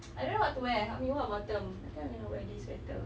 I don't know what to wear what bottom I think I'm going to wear this sweater